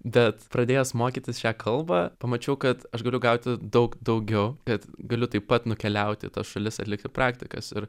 bet pradėjęs mokytis šią kalbą pamačiau kad aš galiu gauti daug daugiau kad galiu taip pat nukeliauti į tas šalis atlikti praktikas ir